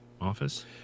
office